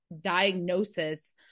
diagnosis